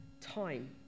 Time